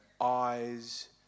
eyes